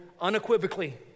unequivocally